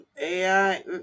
AI